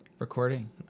Recording